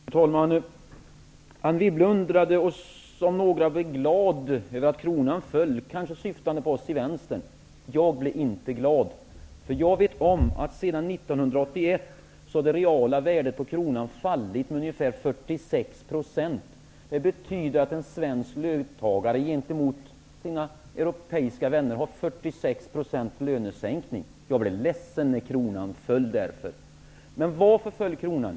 Fru talman! Anne Wibble undrade om någon av oss blev glad över att kronan föll. Hon kanske syftade på oss i vänstern. Jag blev inte glad, därför att jag vet att det reala värdet på kronan sedan 1981 har fallit med ungefär 46 %. Det betyder att en svensk löntagare gentemot sina europeiska vänner har fått en 46-procentig lönesänkning. Jag blev därför ledsen när kronan föll. Men varför föll kronan?